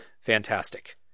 fantastic